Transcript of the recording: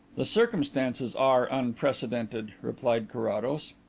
the circumstances are unprecedented, replied carrados.